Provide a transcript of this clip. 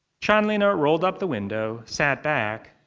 chanlina rolled up the window, sat back,